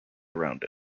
around